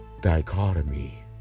dichotomy